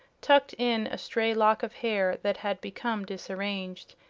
tucked in a stray lock of hair that had become disarranged,